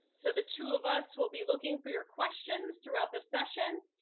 so the two of us will be looking for your questions throughout the session,